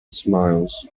smiles